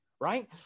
right